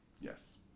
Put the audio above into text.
Yes